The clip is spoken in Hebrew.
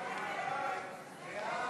וכמו